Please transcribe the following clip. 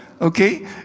Okay